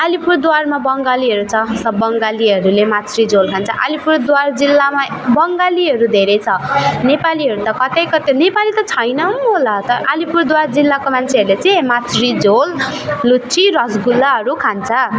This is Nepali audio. अलिपुरद्वारमा बङ्गालीहरू छ सब बङ्गालीहरूले माछ्री झोल खान्छ अलिपुरद्वार जिल्लामा बङ्गालीहरू धेरै छ नेपालीहरू त कतै कतै नेपालीहरू त छैन होला तर अलिपुरद्वार जिल्लाको मान्छेहरूले चाहिँ माछ्री झोल लुच्ची रसोगुल्लाहरू खान्छ